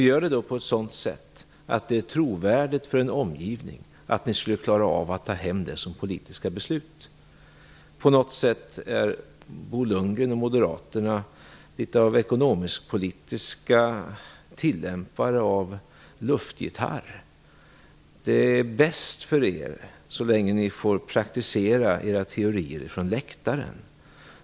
Gör det på ett sådant sätt att det är trovärdigt för en omgivning att ni skulle klara av att ta hem det som politiska beslut. På något sätt är Bo Lundgren och Moderaterna litet av ekonomisk-politiska tillämpare av luftgitarr. Det är bäst för er så länge ni får praktisera era teorier från läktaren.